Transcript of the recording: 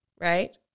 right